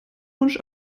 wunsch